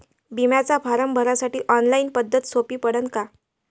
बिम्याचा फारम भरासाठी ऑनलाईन पद्धत सोपी पडन का?